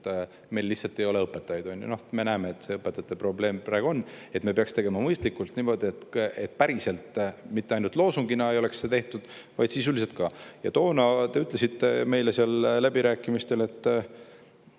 meil lihtsalt ei ole õpetajaid – me näeme, et see õpetajate probleem praegu on –, ja me peaks tegema mõistlikult, niimoodi, et mitte ainult loosungina ei oleks see tehtud, vaid sisuliselt ka. Ja toona te ütlesite meile seal läbirääkimistel, et